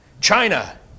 China